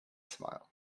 smile